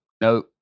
no